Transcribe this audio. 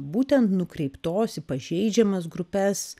būtent nukreiptos į pažeidžiamas grupes